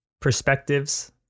perspectives